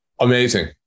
Amazing